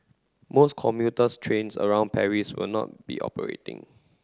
most commuters trains around Paris will not be operating